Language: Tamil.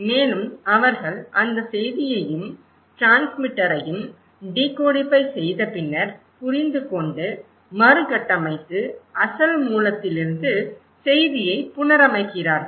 மேலும் அவர்கள் அந்த செய்தியையும் டிரான்ஸ்மிட்டரையும் டிகோடிஃபை செய்தபின்னர் புரிந்துகொண்டு மறுகட்டமைத்து அசல் மூலத்திலிருந்து செய்தியை புனரமைக்கிறார்கள்